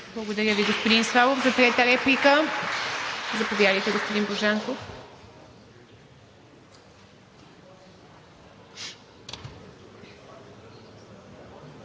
Благодаря Ви, господин Славов. За трета реплика? Заповядайте, господин Божанков.